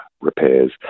repairs